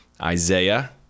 isaiah